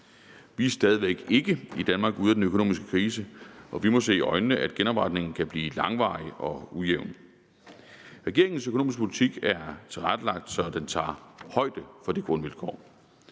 Vi er stadig væk ikke i Danmark ude af den økonomiske krise, og vi må se i øjnene, at genopretningen kan blive langvarig og ujævn. Regeringens økonomiske politik er tilrettelagt, så den tager højde for det grundvilkår.